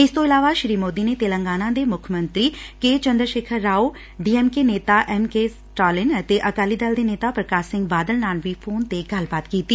ਇਸਤੋਂ ਇਲਾਵਾ ਸ਼ੂੀ ਮੋਦੀ ਨੇ ਤੇਲੰਗਾਨਾ ਦੇ ਮੁੱਖ ਮੰਤਰੀ ਕੇ ਚੰਦਰ ਸ਼ੇਖਰ ਰਾਓ ਡੀਐਮਕੇ ਨੇਤਾ ਐਮਕੇ ਸੈਨਾਲਿਨ ਅਤੇ ਅਕਾਲੀ ਦੇ ਨੇਤਾ ਪ੍ਰਕਾਸ਼ ਸਿੰਘ ਬਾਦਲ ਨਾਲ ਵੀ ਫੋਨ ਤੇ ਗੱਲਬਾਤ ਕੀਤੀ